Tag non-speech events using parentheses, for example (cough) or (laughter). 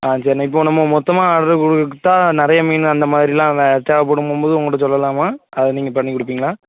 ஆ சேரிண்ண இப்போது நம்ம மொத்தமாக (unintelligible) வித்தால் நிறைய மீன் அந்த மாதிரிலாம் தேவைப்படுங்கும் போது உங்கள் கிட்டே சொல்லலாமா அது நீங்கள் பண்ணி கொடுப்பீங்களா